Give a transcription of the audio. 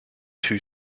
two